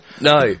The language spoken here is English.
No